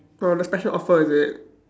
oh the special offer is it